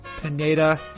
Pineda